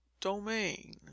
domain